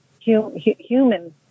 human